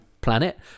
planet